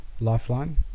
Lifeline